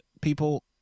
People